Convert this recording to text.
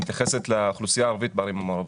שמתייחסת לאוכלוסייה הערבית בערים המעורבות.